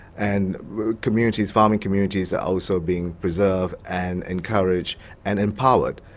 and communities, farming communities, are also being preserved and encouraged and empowered.